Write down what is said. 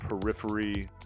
periphery